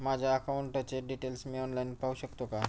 माझ्या अकाउंटचे डिटेल्स मी ऑनलाईन पाहू शकतो का?